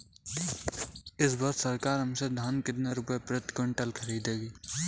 इस वर्ष सरकार हमसे धान कितने रुपए प्रति क्विंटल खरीदेगी?